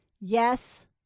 Yes